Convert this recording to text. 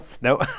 No